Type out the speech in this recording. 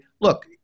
look